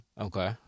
Okay